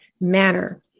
manner